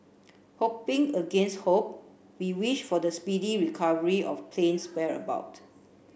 hoping against hope we wish for the speedy recovery of plane's